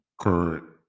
current